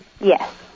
Yes